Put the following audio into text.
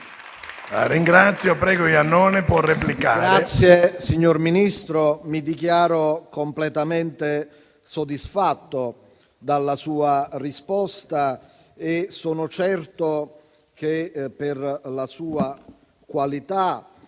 Signor Ministro, mi dichiaro completamente soddisfatto dalla sua risposta e sono certo che, per la sua qualità,